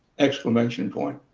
exclamation point.